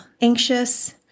anxious